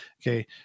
okay